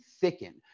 thicken